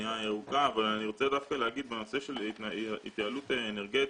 הבנייה הירוקה אבל אני רוצה דווקא לומר בנושא של התייעלות אנרגטית